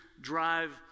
drive